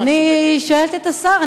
אני שואלת את השר.